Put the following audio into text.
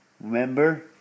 Remember